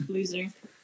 Loser